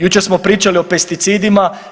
Jučer smo pričali o pesticidima.